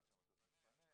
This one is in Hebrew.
עד שהמטוס מתפנה,